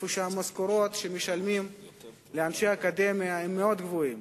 מקומות שבהם המשכורות שמשלמים לאנשי אקדמיה מאוד גבוהות.